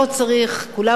לא צריך ואין צורך,